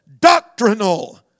doctrinal